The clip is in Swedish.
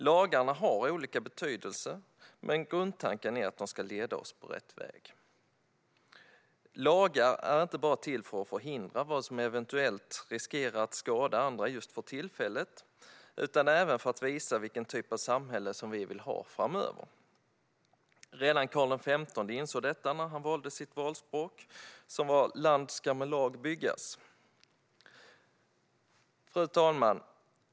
Lagarna har olika betydelse, men grundtanken är att de ska leda oss på rätt väg. Lagar är inte bara till för att förhindra vad som eventuellt riskerar att skada andra just för tillfället, utan även för att visa vilken typ av samhälle vi vill ha framöver. Redan Karl XV insåg detta när han valde sitt valspråk, som var "Land skall med lag byggas". Fru talman!